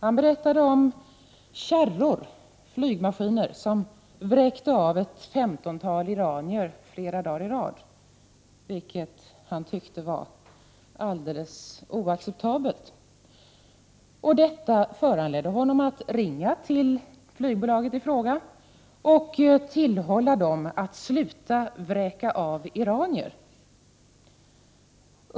Han berättade om ”kärror” — flygplan — som vräkte av ett femtontal iranier flera dagar i rad, vilket han tyckte var alldeles oacceptabelt. Det föranledde honom att ringa till flygbolaget i fråga och tillhålla dem att sluta vräka av iranier.